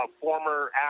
former